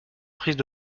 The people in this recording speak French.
prises